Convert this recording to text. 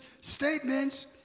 statements